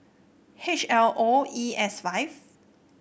H L O E S five